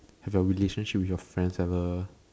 have your relationship with your friends ever